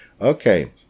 okay